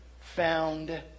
found